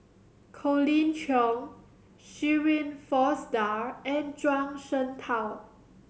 Colin Cheong Shirin Fozdar and Zhuang Shengtao